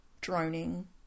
droning